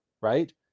right